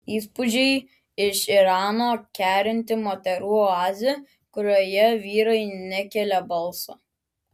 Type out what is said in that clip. įspūdžiai iš irano kerinti moterų oazė kurioje vyrai nekelia balso